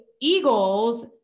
Eagles